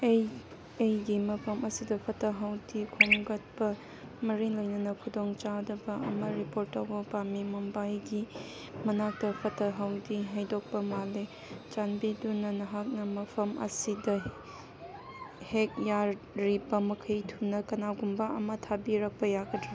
ꯑꯩ ꯑꯩꯒꯤ ꯃꯐꯝ ꯑꯁꯤꯗ ꯐꯠꯇ ꯍꯥꯎꯗꯤ ꯈꯣꯝꯒꯠꯄ ꯃꯔꯤ ꯂꯩꯅꯅ ꯈꯨꯗꯣꯡ ꯆꯥꯗꯕ ꯑꯃ ꯔꯤꯄꯣꯔꯠ ꯇꯧꯕ ꯄꯥꯝꯏ ꯃꯨꯝꯕꯥꯏꯒꯤ ꯃꯅꯥꯛꯇ ꯐꯠꯇ ꯍꯥꯎꯗꯤ ꯍꯩꯗꯣꯛꯄ ꯃꯥꯜꯂꯦ ꯆꯥꯟꯕꯤꯗꯨꯅ ꯅꯍꯥꯛꯅ ꯃꯐꯝ ꯑꯁꯤꯗ ꯍꯦꯛ ꯌꯥꯔꯤꯕ ꯃꯈꯩ ꯊꯨꯅ ꯀꯅꯥꯒꯨꯝꯕ ꯑꯃ ꯊꯥꯕꯤꯔꯛꯄ ꯌꯥꯒꯗ꯭ꯔꯥ